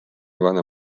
vana